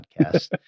podcast